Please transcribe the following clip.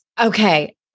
Okay